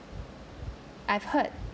I've heard